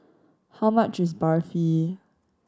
how much is Barfi